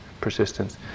persistence